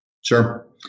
Sure